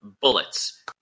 bullets